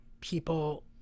people